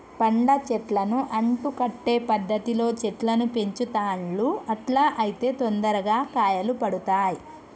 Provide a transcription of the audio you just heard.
పండ్ల చెట్లను అంటు కట్టే పద్ధతిలో చెట్లను పెంచుతాండ్లు అట్లా అయితే తొందరగా కాయలు పడుతాయ్